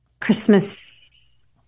Christmas